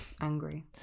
angry